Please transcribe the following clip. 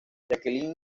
jacqueline